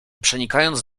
przenikając